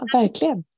verkligen